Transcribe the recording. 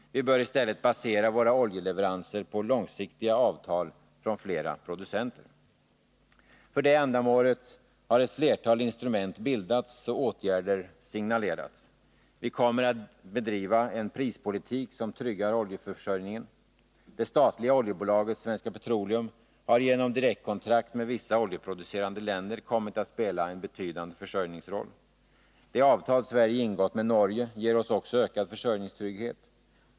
Vi bör i stället basera våra oljeleveranser på långsiktiga avtal från flera producenter. För det ändamålet har ett flertal instrument bildats och åtgärder signalerats. Vi kommer att bedriva en prispolitik som tryggar oljeförsörjningen. Det statliga oljebolaget Svenska Petroleum har genom direktkontrakt med vissa oljeproducerande länder kommit att spela en betydande försörjningsroll. Det avtal Sverige ingått med Norge ger oss också ökad försörjningstrygghet.